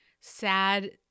sad